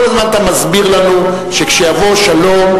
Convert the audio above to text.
כל הזמן אתה מסביר לנו שכשיבוא שלום,